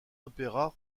opéras